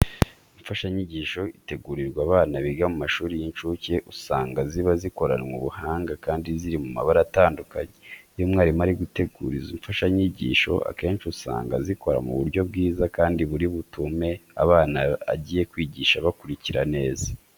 Imfashanyigisho itegurirwa abana biga mu mashuri y'incuke usanga ziba zikoranwe ubuhanga kandi ziri mu mabara atandukanye. Iyo umwarimu ari gutegura izi mfashanyigisho akenshi usanga azikora mu buryo bwiza kandi buri butume abana agiye kwigisha bakurikira neza.